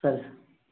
సరే సార్